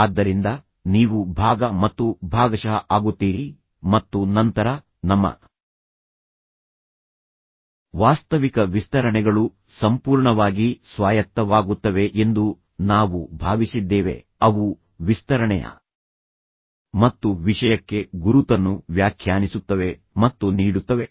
ಆದ್ದರಿಂದ ನೀವು ಭಾಗ ಮತ್ತು ಭಾಗಶಃ ಆಗುತ್ತೀರಿ ಮತ್ತು ನಂತರ ನಮ್ಮ ವಾಸ್ತವಿಕ ವಿಸ್ತರಣೆಗಳು ಸಂಪೂರ್ಣವಾಗಿ ಸ್ವಾಯತ್ತವಾಗುತ್ತವೆ ಎಂದು ನಾವು ಭಾವಿಸಿದ್ದೇವೆ ಅವು ವಿಸ್ತರಣೆಯ ಮತ್ತು ವಿಷಯಕ್ಕೆ ಗುರುತನ್ನು ವ್ಯಾಖ್ಯಾನಿಸುತ್ತವೆ ಮತ್ತು ನೀಡುತ್ತವೆ